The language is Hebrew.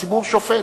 והציבור שופט.